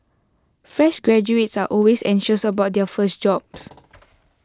fresh graduates are always anxious about their first jobs